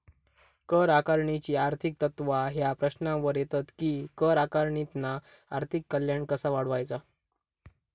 कर आकारणीची आर्थिक तत्त्वा ह्या प्रश्नावर येतत कि कर आकारणीतना आर्थिक कल्याण कसा वाढवायचा?